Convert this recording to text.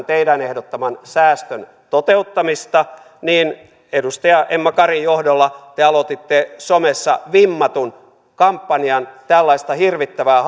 teidän ehdottamanne säästön toteuttamista niin edustaja emma karin johdolla te aloititte somessa vimmatun kampanjan tällaista hirvittävää